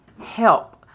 help